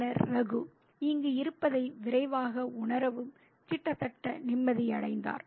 பின்னர் ரகு இங்கு இருப்பதை விரைவாக உணரவும் கிட்டத்தட்ட நிம்மதியடைந்தார்